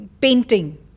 painting